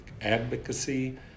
advocacy